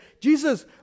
jesus